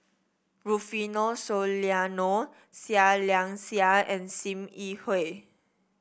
Rufino Soliano Seah Liang Seah and Sim Yi Hui